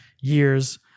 years